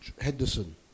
Henderson